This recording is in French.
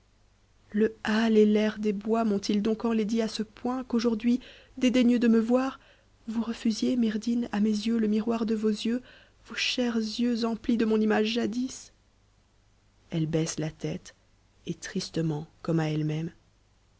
le hâle et l'air des bois m'ont-ils donc enlaidie a ce point qu'aujourd'hui dédaigneux de me voir vous refusiez myrdhinn à mes yeux le miroir de vos yeux vos chers yeux emplis de mon image jadis